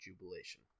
jubilation